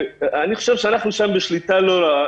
אני חושב שאנחנו שם בשליטה לא רעה.